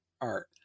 art